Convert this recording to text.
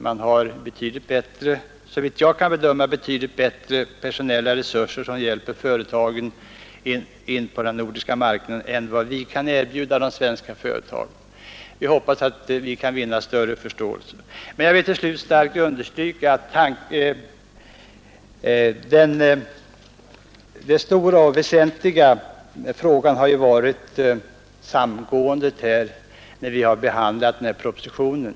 De har, såvitt jag kan bedöma, betydligt bättre personella resurser som hjälper företagen in på den nordiska marknaden än vad vi kan erbjuda de svenska företagen. Jag hoppas att vårt krav så småningom skall vinna större förståelse. Till slut vill jag starkt understryka att det stora och väsentliga har varit samgåendet när vi har behandlat propositionen.